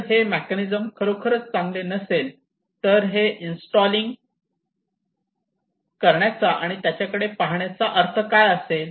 जर हे मेकॅनिझम खरोखर चांगले नसेल तर हे इंस्टॉलींग करण्याचा आणि त्याच्याकडे पाहण्याचा अर्थ काय असेल